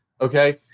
okay